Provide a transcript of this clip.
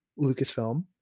Lucasfilm